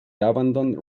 abandoned